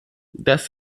das